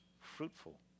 fruitful